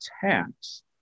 tax